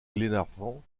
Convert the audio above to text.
glenarvan